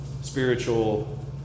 spiritual